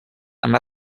amb